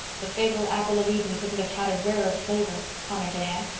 the fatal apple of eden couldn't have had a rarer flavor, commented anne.